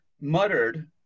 muttered